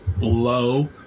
low